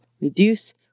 reduce